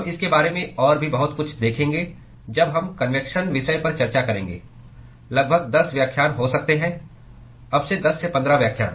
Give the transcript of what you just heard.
हम इसके बारे में और भी बहुत कुछ देखेंगे जब हम कन्वेक्शन विषय पर चर्चा करेंगे लगभग 10 व्याख्यान हो सकते हैं अब से 10 15 व्याख्यान